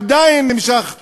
ועדיין נמשך המצור.